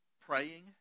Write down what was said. Praying